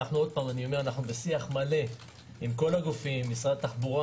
אנחנו בשיח מלא עם כל הגופים, עם משרד התחבורה.